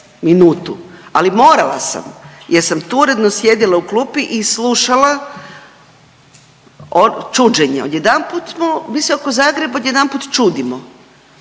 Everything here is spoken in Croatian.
ali morala sam jer sam tu uredno sjedila u klupi i slušala čuđenje. Odjedanput smo, mi se oko Zagreba odjedanput čudimo.